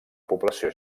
població